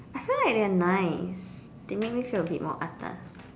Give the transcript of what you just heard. I feel like they're nice they make me feel a bit more atas